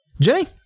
Jenny